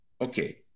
okay